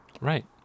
right